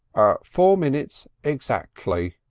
four minutes exactly,